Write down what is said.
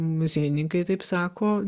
muziejininkai taip sako